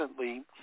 recently